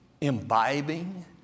imbibing